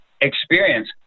experience